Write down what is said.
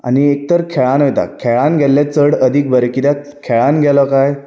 आनी एकतर खेळान वयता खेळान गेल्लें चड अदीक बरें कित्याक खेळान गेलो कांय